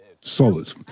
solid